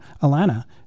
Alana